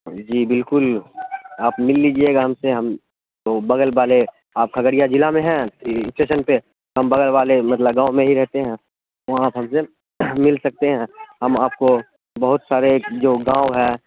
جی بالکل آپ مل لیجیے گا ہم سے ہم تو بغل والے آپ کھگریا ضلع میں ہیں اسٹیشن پہ ہم بغل والے مطلب گاؤں میں ہی رہتے ہیں وہاں آپ ہم سے مل سکتے ہیں ہم آپ کو بہت سارے جو گاؤں ہے